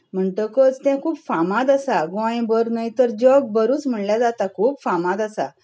म्हणटकच तें खूब फामाद आसा गोंयभर न्हय तर जगभरूच म्हणल्यार जाता खूब फामाद आसा